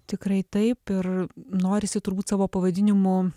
tikrai taip ir norisi turbūt savo pavadinimu